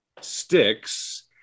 sticks